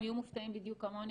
הם יהיו מופתעים בדיוק כמוני,